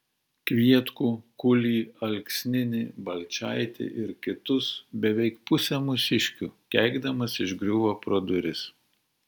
kvietkų kulį alksninį balčaitį ir kitus beveik pusę mūsiškių keikdamas išgriuvo pro duris